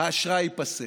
האשראי ייפסק.